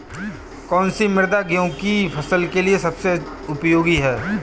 कौन सी मृदा गेहूँ की फसल के लिए सबसे उपयोगी है?